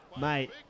Mate